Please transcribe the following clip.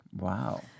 Wow